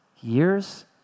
years